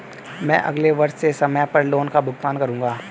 मैं अगले वर्ष से समय पर लोन का भुगतान करूंगा